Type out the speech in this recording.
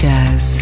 Jazz